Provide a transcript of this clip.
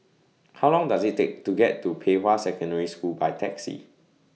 How Long Does IT Take to get to Pei Hwa Secondary School By Taxi